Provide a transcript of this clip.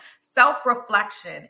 Self-reflection